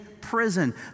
prison